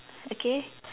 okay